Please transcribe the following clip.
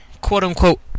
quote-unquote